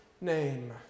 name